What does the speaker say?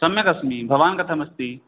सम्यगस्मि भवान् कथमस्ति